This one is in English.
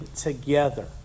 together